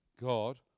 God